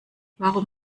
warum